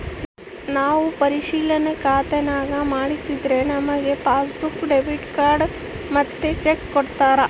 ನಾವು ಪರಿಶಿಲನಾ ಖಾತೇನಾ ಮಾಡಿದ್ರೆ ನಮಿಗೆ ಪಾಸ್ಬುಕ್ಕು, ಡೆಬಿಟ್ ಕಾರ್ಡ್ ಮತ್ತೆ ಚೆಕ್ಕು ಕೊಡ್ತಾರ